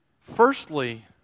firstly